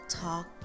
talk